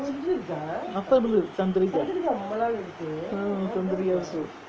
அப்பே இருந்தது:appae irunthathu Chandrika ah Chandrika soap